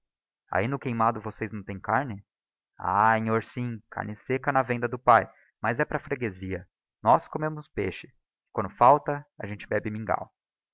ahi no queimado vocês não tem carne ah nhor sim carne secca na venda do pae mas é para a frcguezia nós comemos peixe e quando falta a gente bebe mingáo